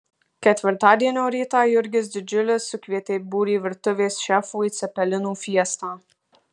ketvirtadienio rytą jurgis didžiulis sukvietė būrį virtuvės šefų į cepelinų fiestą